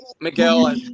Miguel